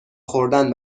خوردن